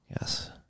Yes